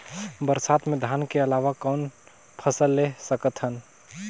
बरसात मे धान के अलावा कौन फसल ले सकत हन?